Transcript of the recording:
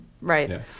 Right